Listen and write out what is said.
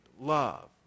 love